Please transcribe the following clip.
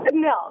No